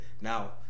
Now